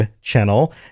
channel